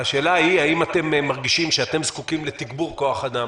השאלה היא האם אתם מרגישים שאתם זקוקים לתגבור כוח אדם